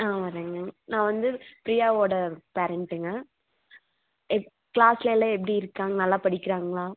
ஆ வரேங்க நான் வந்து ப்ரியாவோட பேரெண்ட்டுங்க எப் க்ளாஸ்ல எல்லாம் எப்படி இருக்காங்க நல்லா படிக்கிறாங்களா